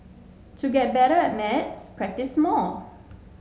to get better at maths practise more